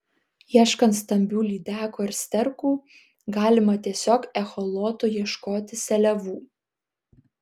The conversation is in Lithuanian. ieškant stambių lydekų ar sterkų galima tiesiog echolotu ieškoti seliavų